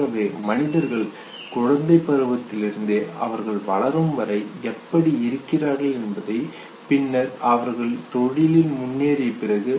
ஆகவே மனிதர்கள் குழந்தை பருவத்திலிருந்தே அவர்கள் வளரும் வரை எப்படி இருக்கிறார்கள் என்பதையும் பின்னர் அவர்கள் தொழிலில் முன்னேறிய பிறகு